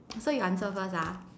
so you answer first ah